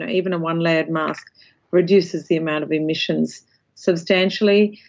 ah even a one-layered mask reduces the amount of emissions substantially.